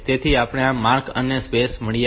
તેથી આપણને આ માર્ક અને સ્પેસ મળ્યા છે